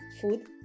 food